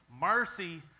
Mercy